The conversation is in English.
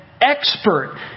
expert